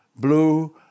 Blue